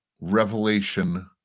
Revelation